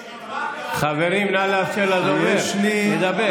--- חברים, נא לאפשר לדובר לדבר.